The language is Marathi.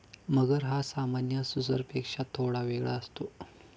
मगर हा सामान्य सुसरपेक्षा थोडा वेगळा असतो